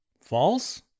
false